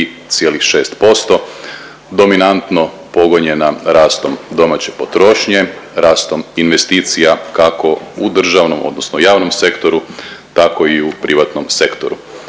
3,6%, dominantno pogonjena rastom domaće potrošnje, rastom investicija kako u državnom odnosno javnom sektoru tako i u privatnom sektoru.